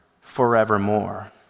forevermore